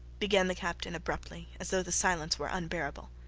began the captain abruptly, as though the silence were unbearable.